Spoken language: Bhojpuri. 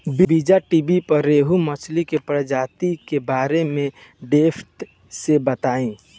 बीज़टीवी पर रोहु मछली के प्रजाति के बारे में डेप्थ से बतावता